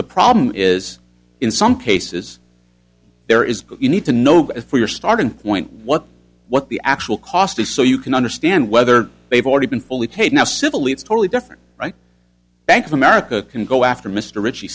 the problem is in some cases there is you need to know for your starting point what what the actual cost is so you can understand whether they've already been fully paid now civil leads totally different right bank of america can go after mr ritchie